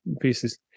pieces